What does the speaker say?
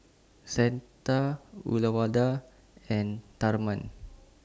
Santha Uyyalawada and Tharman